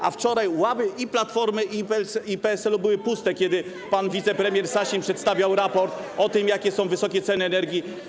A wczoraj ławy i Platformy, i PSL były puste, kiedy pan wicepremier Sasin przedstawiał raport o tym, jak wysokie są ceny energii.